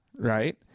Right